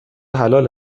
حلال